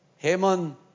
Haman